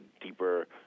deeper